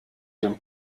den